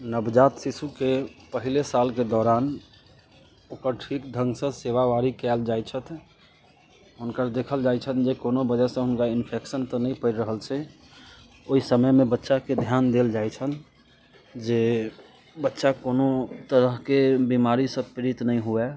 नवजात शिशुके पहिले सालके दौरान ओकर ठीक ढङ्गसँ सेवा बारी कयल जाइ छथि हुनकर देखल जाइ छनि जे कोनो वजहसँ हुनका इन्फेक्शन तऽ नहि पड़ि रहल छै ओइ समयमे बच्चाके ध्यान देल जाइ छनि जे बच्चा कोनो तरहके बीमारीसँ पीड़ित नहि हुए